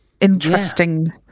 interesting